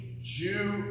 Jew